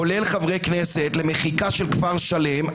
כולל חברי כנסת למחיקה של כפר שלם.